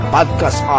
Podcast